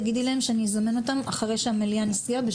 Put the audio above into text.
תגידי להם שאזמן אותם אחרי שהמליאה נסגרת,